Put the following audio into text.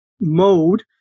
mode